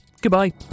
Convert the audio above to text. goodbye